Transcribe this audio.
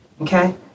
okay